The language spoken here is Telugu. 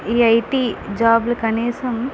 ఈ ఐటీ జాబులు కనీసం